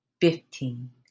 fifteen